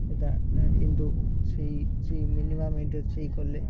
সেটা into three three minimum into three করলে